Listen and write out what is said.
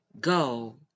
go